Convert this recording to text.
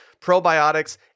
probiotics